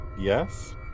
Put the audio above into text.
Yes